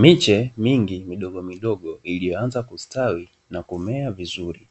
Miche mingi midogomidogo iliyoanza kustawi na kumea vizuri